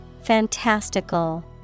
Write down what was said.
Fantastical